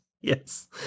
Yes